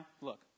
look